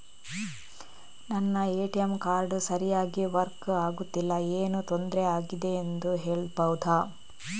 ನನ್ನ ATM card ಸರಿಯಾಗಿ work ಆಗುತ್ತಿಲ್ಲ, ಏನು ತೊಂದ್ರೆ ಆಗಿದೆಯೆಂದು ಹೇಳ್ಬಹುದಾ?